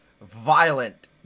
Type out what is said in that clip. violent